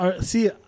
See